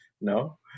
No